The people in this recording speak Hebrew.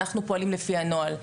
אנחנו פועלים לפי הנוהל.